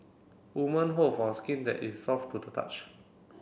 women hope for a skin that is soft to the touch